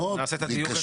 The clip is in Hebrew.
נעשה את הדיוק הזה בהמשך.